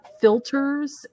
filters